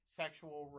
sexual